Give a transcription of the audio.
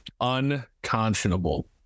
Unconscionable